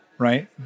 Right